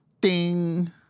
Ding